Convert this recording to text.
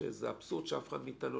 שזה לא יהיה על אדם פרטי בסיטואציה הזאת.